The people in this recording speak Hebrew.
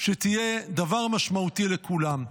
שתהיה דבר משמעותי לכולם.